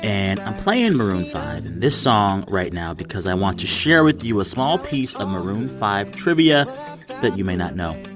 and i'm playing maroon five and this song right now because i want to share with you a small piece of maroon five trivia that you may not know.